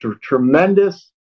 tremendous